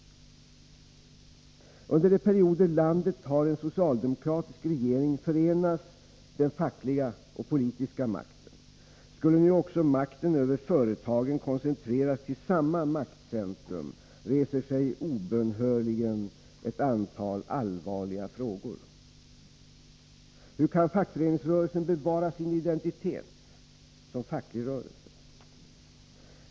Under de perioder landet har en socialdemokratisk regering förenas den fackliga och politiska makten. Skulle nu också makten över företagen koncentreras till samma maktcentrum reser sig obönhörligen ett antal allvarliga frågor: Hur kan fackföreningsrörelsen bevara sin identitet som facklig rörelse?